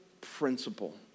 principle